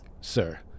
Sir